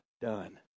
done